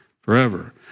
Forever